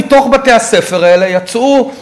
מתוך בתי-הספר האלה יצאו,